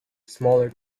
smaller